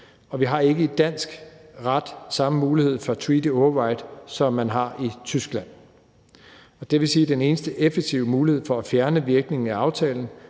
Og vi har ikke i dansk ret samme mulighed for treaty override, som man har i Tyskland. Det vil sige, at den eneste effektive mulighed for at fjerne virkningen af aftalen